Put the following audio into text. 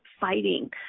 fighting